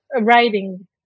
writing